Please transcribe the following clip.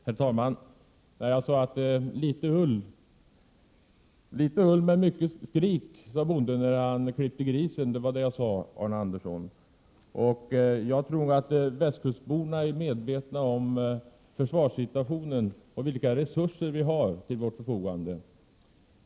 Herr talman! Litet ull men mycket skrik, sade bonden när han klippte grisen — det var vad jag sade, Arne Andersson i Ljung. Jag tror att västkustborna är medvetna om försvarssituationen och vilka resurser som står till vårt förfogande.